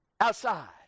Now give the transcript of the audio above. Outside